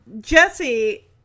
Jesse